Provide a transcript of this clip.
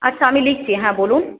আচ্ছা আমি লিখছি হ্যাঁ বলুন